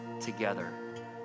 together